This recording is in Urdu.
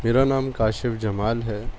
میرا نام کاشف جمال ہے